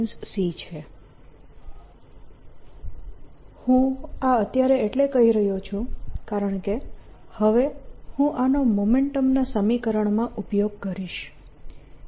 S10EB Su c હું આ અત્યારે એટલે કહી રહ્યો છું કારણકે હવે હું આનો મોમેન્ટમ ના સમીકરણમાં ઉપયોગ કરીશ